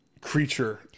creature